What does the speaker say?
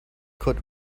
could